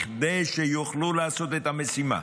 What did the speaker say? כדי שיוכלו לעשות את המשימה.